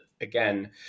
again